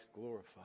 glorified